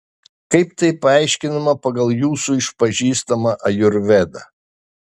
kaip tai paaiškinama pagal jūsų išpažįstamą ajurvedą